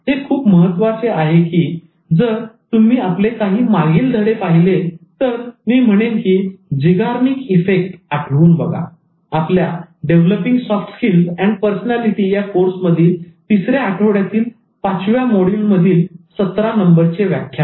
हे खूप महत्त्वाचे आहे की जर तुम्ही आपले काही मागील धडे पाहिले तर मी म्हणेन की Zeigarnik Effect झीगार्निक इफेक्ट आठवुन बघा आपल्या Developing Soft Skills and Personality 'Developing Soft Skills and Personality' या कोर्स मधील तिसऱ्या आठवड्यातील पाचव्या मोडयुल मधील सतरा नंबरचे व्याख्यान